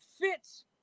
fits